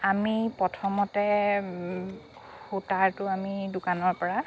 আমি প্ৰথমতে সূতাৰটো আমি দোকানৰ পৰা